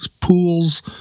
pools